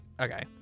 okay